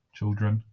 children